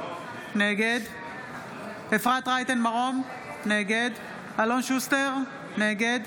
נגד אפרת רייטן מרום, נגד אלון שוסטר, נגד